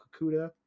Kakuda